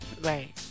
right